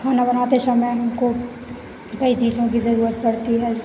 खाना बनाते समय हमको कई चीज़ों की ज़रूरत पड़ती है